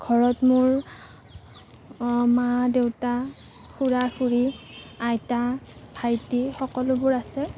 ঘৰত মোৰ মা দেউতা খুৰা খুৰী আইতা ভাইটি সকলোবোৰ আছে